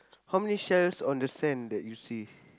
how many shells on the sand that you see